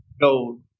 gold